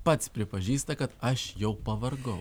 pats pripažįsta kad aš jau pavargau